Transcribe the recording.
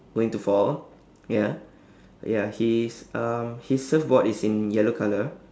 going to fall ya ya he is um his surfboard is in yellow colour